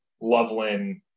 Loveland